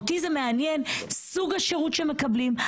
אותי זה מעניין סוג השירות שהם מקבלים,